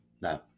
No